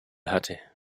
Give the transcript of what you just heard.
hatte